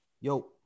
Yo